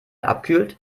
abkühlt